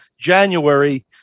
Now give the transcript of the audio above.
January